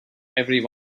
every